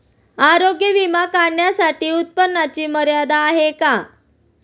आरोग्य विमा काढण्यासाठी उत्पन्नाची मर्यादा आहे का?